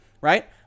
right